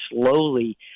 slowly